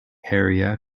area